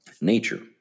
nature